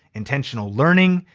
intentional learning.